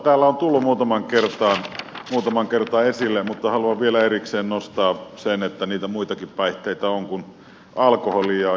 täällä on tullut muutamaan kertaan se esille mutta haluan vielä erikseen nostaa sen että niitä muitakin päihteitä on kuin alkoholi